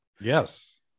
yes